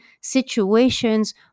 situations